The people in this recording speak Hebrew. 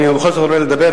אבל אני בכל זאת עולה לדבר,